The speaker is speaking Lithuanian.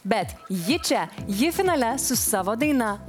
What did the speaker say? bet ji čia ji finale su savo daina